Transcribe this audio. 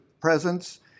presence